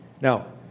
Now